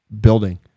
building